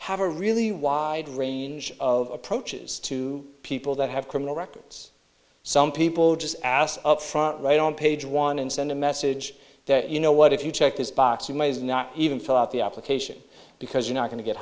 have a really wide range of approaches to people that have criminal records some people just ass up front right on page one and send a message that you know what if you check this box you might is not even fill out the application because you're not going to get